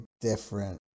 different